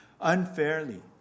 unfairly